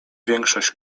większość